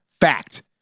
fact